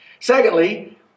Secondly